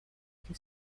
que